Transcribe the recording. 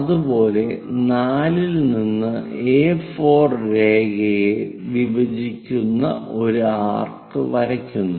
അതുപോലെ 4 ൽ നിന്ന് A4 രേഖയെ വിഭജിക്കുന്ന ഒരു ആർക്ക് വരയ്ക്കുന്നു